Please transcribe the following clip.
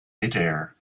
midair